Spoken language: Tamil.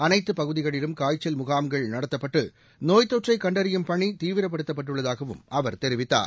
அனைத்துப் பகுதிகளிலும் காய்ச்சல் முகாம்கள் நடத்தப்பட்டு நோய்த் தொற்றை கண்டறியும் பணி தீவிரப்படுத்தப்பட்டுள்ளதாகவும் அவர் தெரிவித்தார்